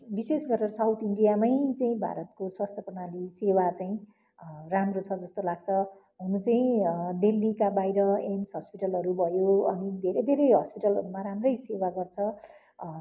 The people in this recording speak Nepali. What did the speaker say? विशेष गरेर साउथ इन्डियामै चाहिँ भारतको स्वास्थ्य प्रणाली सेवा चाहिँ राम्रो छ जस्तो लाग्छ हुन चाहिँ दिल्लीका बाहिर एम्स हस्पिटलहरू भयो अनि धेरै धेरै हस्पिटलहरूमा राम्रै सेवा गर्छ